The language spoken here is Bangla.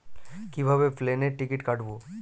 কিভাবে প্লেনের টিকিট কাটব?